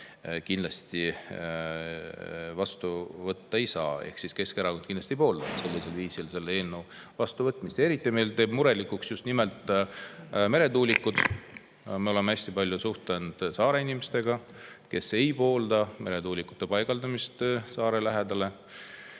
kindlasti vastu võtta ei saa, Keskerakond kindlasti ei poolda sellisel viisil selle eelnõu vastuvõtmist. Eriti teevad meid murelikuks just nimelt meretuulikud. Me oleme hästi palju suhelnud saareinimestega, kes ei poolda meretuulikute paigaldamist saare lähedale.